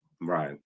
Right